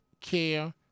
care